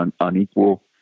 unequal